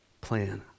plan